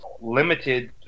limited